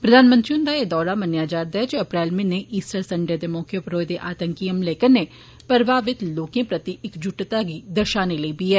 प्रधानमंत्री हुन्दा ऐ दौरा मन्नेया जा करदा ऐ जे अप्रैल म्हीने इस्टर सन्डे दे मौके होए दे आंतकी हमले कन्नै प्रभावित लोकें प्रति इक जुटता गी र्दषाने लेई बी ऐ